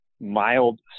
mild